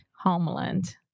Homeland